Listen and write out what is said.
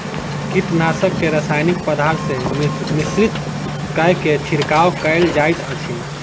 कीटनाशक के रासायनिक पदार्थ सॅ मिश्रित कय के छिड़काव कयल जाइत अछि